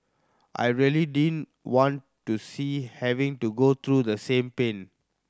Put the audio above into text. I really didn't want to see having to go through the same pain